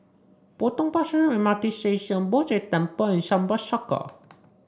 Potong Pasir M R T Station Poh Jay Temple and Sunbird Circle